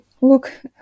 look